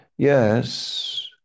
Yes